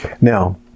Now